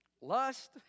lust